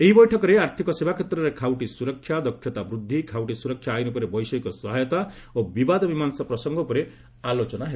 ଏହି ବୈଠକରେ ଆର୍ଥକ ସେବା କ୍ଷେତ୍ରରେ ଖାଉଟି ସୁରକ୍ଷା ଦକ୍ଷତା ବୃଦ୍ଧି ଖାଉଟି ସୁରକ୍ଷା ଆଇନ ଉପରେ ବୈଷୟିକ ସହାୟତା ଓ ବିବାଦ ମୀମାଂସା ପ୍ରସଙ୍ଗ ଉପରେ ଆଲୋଚନା ହେବ